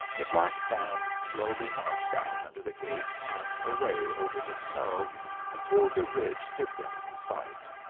the black band slowly marched out under the gate and away over the snow until the ridge hid them from sight,